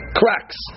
cracks